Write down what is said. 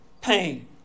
pain